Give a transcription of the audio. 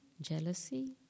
jealousy